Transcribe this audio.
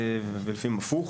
ולפעמים הפוך,